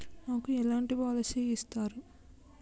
నాకు ఎలాంటి పాలసీ ఇస్తారు?